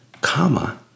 comma